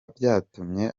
byatumye